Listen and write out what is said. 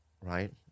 right